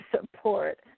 support